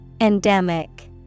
Endemic